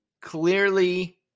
clearly